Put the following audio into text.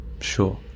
sure